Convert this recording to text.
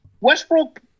Westbrook